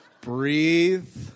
breathe